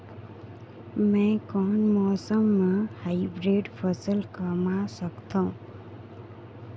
मै कोन मौसम म हाईब्रिड फसल कमा सकथव?